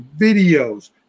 videos